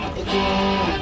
again